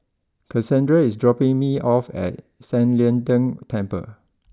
Cassandra is dropping me off at San Lian Deng Temple